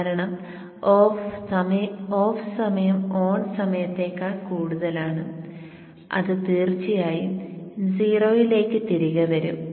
കാരണം ഓഫ് സമയം ഓൺ സമയത്തേക്കാൾ കൂടുതലാണ് അത് തീർച്ചയായും 0 ലേക്ക് തിരികെ വരും